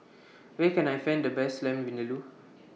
Where Can I Find The Best Lamb Vindaloo